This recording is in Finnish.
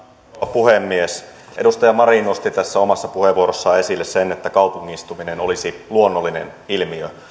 puhemies edustaja marin nosti tässä omassa puheenvuorossaan esille sen että kaupungistuminen olisi luonnollinen ilmiö